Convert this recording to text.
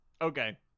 Okay